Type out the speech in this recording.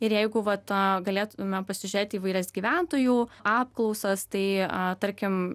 ir jeigu vat galėtume pasižiūrėti įvairias gyventojų apklausas tai tarkim